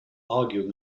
arguing